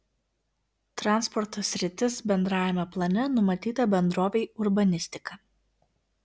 transporto sritis bendrajame plane numatyta bendrovei urbanistika